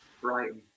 Brighton